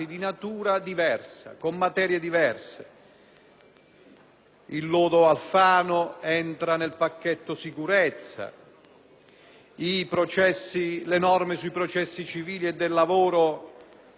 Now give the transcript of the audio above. lodo Alfano entra nel pacchetto sicurezza e le norme sui processi civili e del lavoro nella manovra finanziaria;